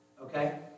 Okay